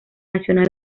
nacional